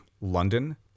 London